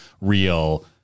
real